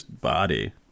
body